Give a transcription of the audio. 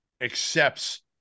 accepts